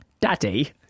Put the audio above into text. Daddy